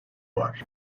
var